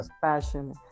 Passion